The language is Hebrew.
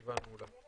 הישיבה נעולה.